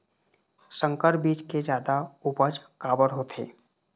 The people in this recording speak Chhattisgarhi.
संकर बीज के जादा उपज काबर होथे?